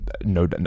no